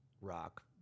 rock